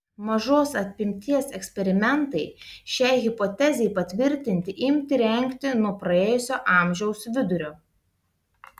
mažos apimties eksperimentai šiai hipotezei patvirtinti imti rengti nuo praėjusio amžiaus vidurio